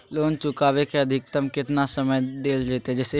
Loan चुकाबे के अधिकतम केतना समय डेल जयते?